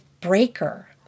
breaker